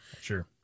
Sure